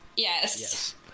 Yes